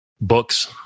books